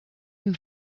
and